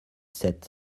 sept